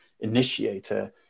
initiator